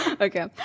Okay